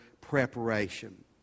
preparation